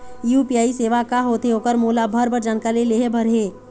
UPI सेवा का होथे ओकर मोला भरभर जानकारी लेहे बर हे?